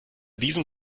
diesem